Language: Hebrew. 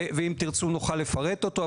ואם תרצו נוכל לפרט אותו,